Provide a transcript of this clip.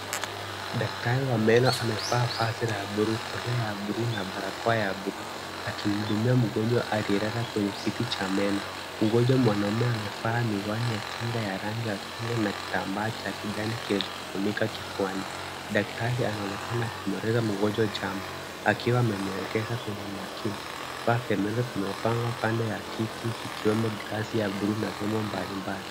Daktari wa meno amevaa vazi la bluu, kofia ya bluu na barakoa ya bluu akimhudumia mgonjwa aliyelala kwenye kiti cha meno. Mgonjwa mwanaume amevaa miwani ya kinga ya rangi ya chungwa na kitambaa cha kijani kimefunika kifuani. Daktari anaonekana akimweleza mgonjwa jambo akiwa amemwelekeza kwenye makini. Vifaa vya meno vimepangwa kando ya kiti vikiwemo glasi ya bluu na vyombo mbalimbali.